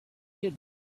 kids